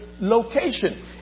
location